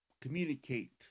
communicate